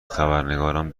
خبرنگاران